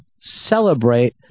celebrate